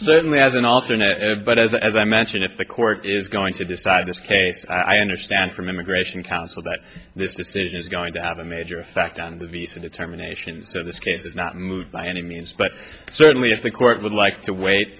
certainly as an alternate but as i mentioned if the court is going to decide this case i understand from immigration counsel that this decision is going to have a major effect on the visa determination so this case is not moved by any means but certainly if the court would like to wait